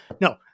No